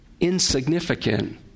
Insignificant